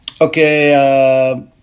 Okay